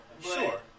sure